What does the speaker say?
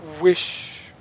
wish